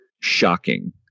shocking